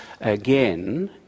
again